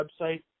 website